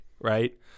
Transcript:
right